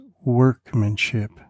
workmanship